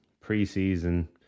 pre-season